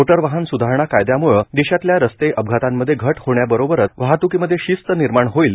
motor वाहन सुधारणा कायद्यामुळं देशातल्या रस्ते अपघातांमध्ये घट होण्याबरोबरच वाहतुकीमध्ये शिस्त निर्माण होईल